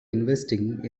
investing